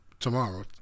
Tomorrow